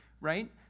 right